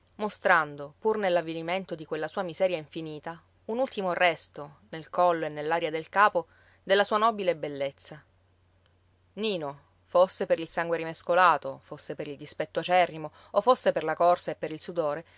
mostrando pur nell'avvilimento di quella sua miseria infinita un ultimo resto nel collo e nell'aria del capo della sua nobile bellezza nino fosse per il sangue rimescolato fosse per il dispetto acerrimo o fosse per la corsa e per il sudore